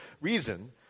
reason